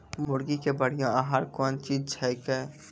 मुर्गी के बढ़िया आहार कौन चीज छै के?